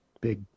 big